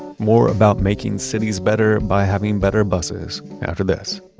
more about making cities better by having better buses, after this